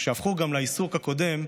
שהפכו גם לעיסוק הקודם,